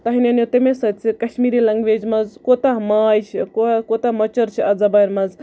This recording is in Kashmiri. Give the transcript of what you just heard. تُہۍ نَنٮ۪و تَمی سۭتۍ زِ کَشمیٖرِ لنگویج منٛز کوٗتاہ ماے چھُ کوتاہ مۄچر چھُ اَتھ زَبانہِ منٛز